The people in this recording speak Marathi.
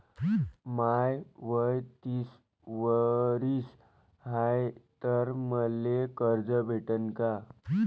माय वय तीस वरीस हाय तर मले कर्ज भेटन का?